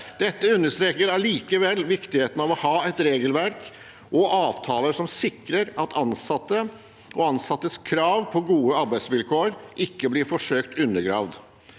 Dette understreker likevel viktigheten av å ha et regelverk og avtaler som sikrer at ansatte og ansattes krav på gode arbeidsvilkår ikke blir forsøkt undergravd.